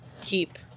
keep